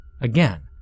Again